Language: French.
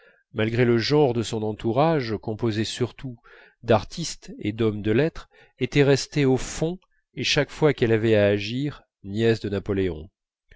malgré le genre de son entourage composé surtout d'artistes et d'hommes de lettres était restée au fond et chaque fois qu'elle avait à agir nièce de napoléon